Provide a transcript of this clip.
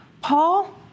Paul